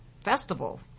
festival